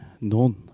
None